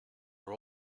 are